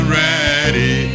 ready